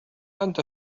أنت